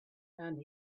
and